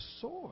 sword